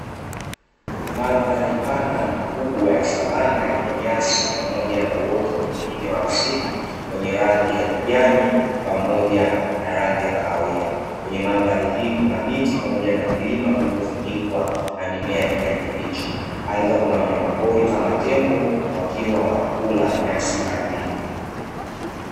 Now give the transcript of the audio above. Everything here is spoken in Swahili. Mandhari pana na kubwa ya savana yenye nyasi na uoto mwingine wa asili wenye rangi ya kijani pamoja na rangi ya kahawia. Kwenye mandhari hii kuna miti pamoja na milima viliyovunikwa na mimea ya kijani kibichi; aidha kuna wanyama pori kama tembo wakiwa wanakula nyasi ardhini.